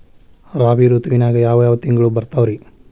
ರಾಬಿ ಋತುವಿನಾಗ ಯಾವ್ ಯಾವ್ ತಿಂಗಳು ಬರ್ತಾವ್ ರೇ?